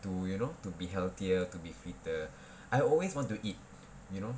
to you know to be healthier to be fitter I always want to eat you know